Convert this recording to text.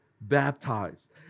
baptized